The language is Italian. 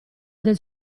del